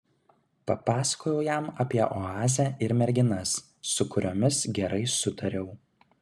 papasakojau jam apie oazę ir merginas su kuriomis gerai sutariau